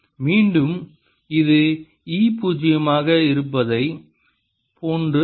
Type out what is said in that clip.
மீண்டும் இது E பூஜ்ஜியமாக இருப்பதைப் போன்றது